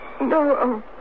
No